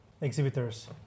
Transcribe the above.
exhibitors